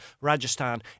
Rajasthan